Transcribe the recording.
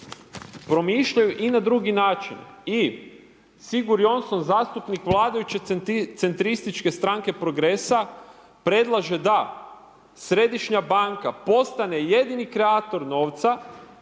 promišljaju i na drugi način. I Sigurjonsson, zastupnik vladajuće centrističke stranke progresa, predlaže da Središnja banka postane jedini kreator novca,